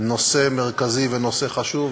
נושא מרכזי ונושא חשוב,